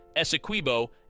Essequibo